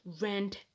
rent